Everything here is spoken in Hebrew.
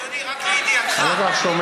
אדוני, רק לידיעתך, אני לא כל כך שומע.